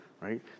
right